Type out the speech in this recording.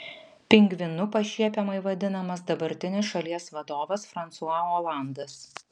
pingvinu pašiepiamai vadinamas dabartinis šalies vadovas fransua olandas